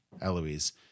Eloise